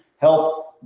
help